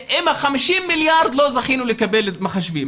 מה-50 מיליארד לא זכינו לקבל מחשבים.